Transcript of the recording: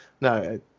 no